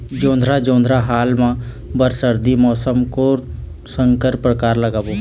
जोंधरा जोन्धरा हाल मा बर सर्दी मौसम कोन संकर परकार लगाबो?